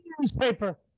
newspaper